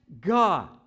God